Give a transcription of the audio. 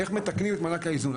איך מתקנים את מענק האיזון.